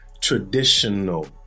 traditional